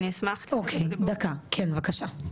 כן, בבקשה.